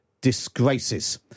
disgraces